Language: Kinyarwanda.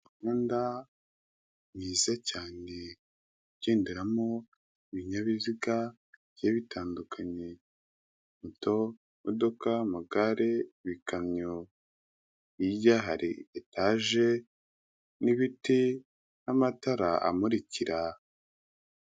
Imihanda myiza cyane igenderamo ibinyabiziga bigiye bitandukanye. Moto, imodoka, amagare, bikamyo, hirya hari etage n'ibiti n'amatara amurikira...